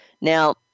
Now